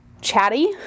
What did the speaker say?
chatty